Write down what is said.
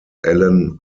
alan